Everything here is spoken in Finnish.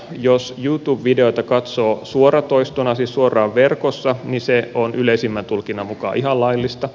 jos youtube videoita katsoo suoratoistona siis suoraan verkossa se on yleisimmän tulkinnan mukaan ihan laillista